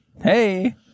Hey